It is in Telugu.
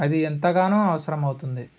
అది ఎంతగానో అవసరం అవుతుంది